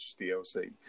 DLC